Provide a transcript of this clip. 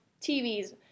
TVs